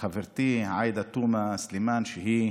חברתי עאידה תומא סלימאן, שהיא